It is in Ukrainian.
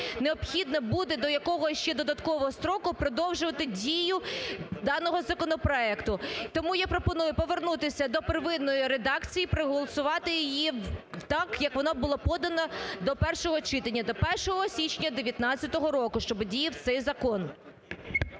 необхідно буде до якого ще додатково строку продовжувати дію даного законопроекту. Тому я пропоную повернутися до первинної редакції, проголосувати її так, як вона була подана до першого читання, до 1 січня 2019 року, щоб діяв цей закон.